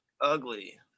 Ugly